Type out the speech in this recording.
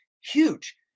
huge